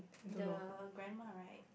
the grandma right